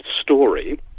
story